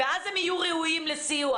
רק אז הם יהיו ראויים לסיוע.